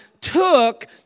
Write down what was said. took